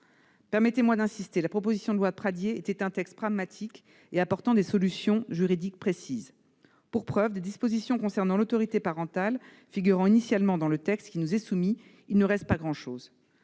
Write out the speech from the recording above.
Permettez-moi d'y insister : la loi Pradié est un texte pragmatique, apportant des solutions juridiques précises. Ainsi, des dispositions concernant l'autorité parentale, figurant initialement dans le texte qui nous est soumis, il ne reste plus grand-chose,